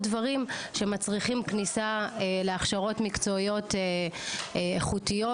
דברים שמצריכים כניסה להכשרות מקצועיות איכותיות,